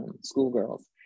schoolgirls